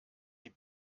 die